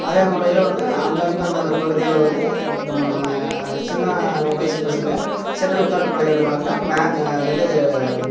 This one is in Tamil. அதே முறையில் வந்து அங்கங்கே அந்தந்த பகுதியில் வந்து சின்ன வயது பசங்க ஷட்டில் காக்கு விளையாடுவாங்க மேட்ச் இது